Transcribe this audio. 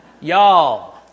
Y'all